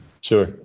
Sure